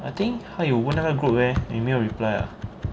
I think 他有问那个 group eh 你没有 reply ah